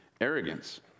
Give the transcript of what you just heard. arrogance